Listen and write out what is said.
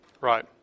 Right